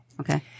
Okay